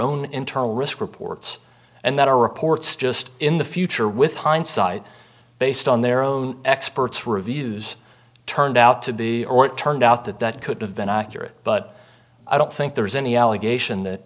own internal risk reports and that our reports just in the future with hindsight based on their own experts reviews turned out to be or it turned out that that could have been accurate but i don't think there's any allegation that